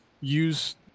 use